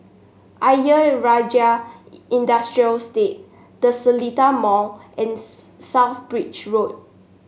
Ayer Rajah Industrial Estate The Seletar Mall and South Bridge Road